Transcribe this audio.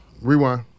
rewind